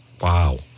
Wow